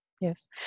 Yes